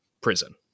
prison